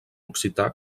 occità